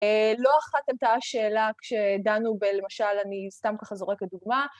לא אחת עלתה השאלה כשדנו בלמשל, אני סתם ככה זורקת דוגמה.